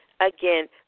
again